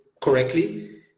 correctly